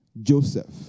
Joseph